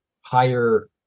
higher